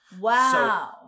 Wow